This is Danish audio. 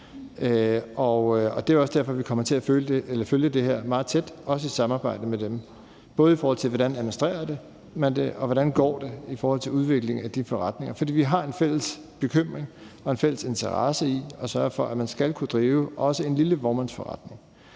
Det er også derfor, vi kommer til at følge det her meget tæt, også i samarbejde med dem, både i forhold til hvordan man administrerer det, og hvordan det går i forhold til udvikling af de forretninger. For vi har en fælles bekymring og en fælles interesse i at sørge for, at man skal kunne drive også en lille vognmandsforretning.